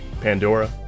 Pandora